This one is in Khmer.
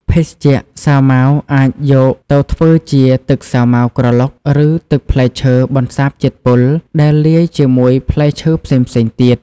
ភេសជ្ជៈ សាវម៉ាវអាចយកទៅធ្វើជា ទឹកសាវម៉ាវក្រឡុក ឬ ទឹកផ្លែឈើបន្សារជាតិពុល ដែលលាយជាមួយផ្លែឈើផ្សេងៗទៀត។